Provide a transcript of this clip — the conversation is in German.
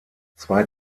zwei